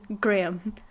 Graham